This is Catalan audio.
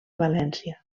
valència